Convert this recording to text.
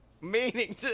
Meaning